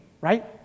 right